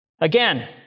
Again